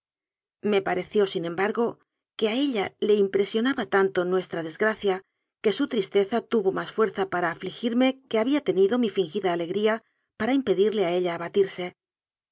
me pareció sin embargo que a ella le impresionaba tanto nuestra desgracia que su tristeza tuvo más fuerza para afligirme que había tenido mi fingida alegría para impedirle a ella abatirse